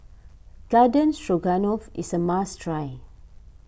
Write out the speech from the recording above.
Garden Stroganoff is a must try